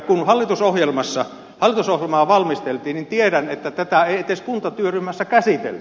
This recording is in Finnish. kun hallitusohjelmaa valmisteltiin niin tiedän että tätä ei edes kuntatyöryhmässä käsitelty